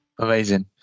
Amazing